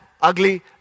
ugly